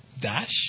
Dash